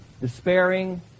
despairing